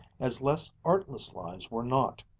as less artless lives were not.